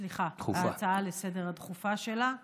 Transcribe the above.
סליחה, ההצעה הדחופה שלה לסדר-היום.